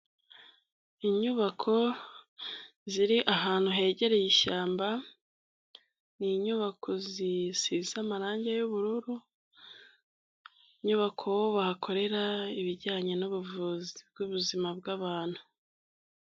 Inyubako, ziri ahantu hegereye ishyamba, ni inyubako zisize amarangi y'ubururu, inyubako bahakorera ibijyanye n'ubuvuzi bw'ubuzima bw'abantu.